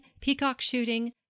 peacock-shooting